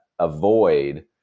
avoid